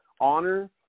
honor